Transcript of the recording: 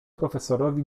profesorowi